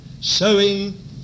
sowing